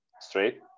straight